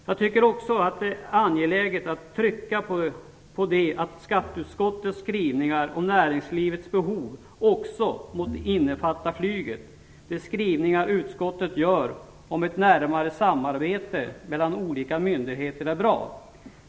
Jag tycker också att det är angeläget att trycka på att skatteutskottets skrivningar om näringslivets behov måste innefatta även flyget. De skrivningar utskottet gör om ett närmare samarbete mellan olika myndigheter är bra.